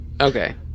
okay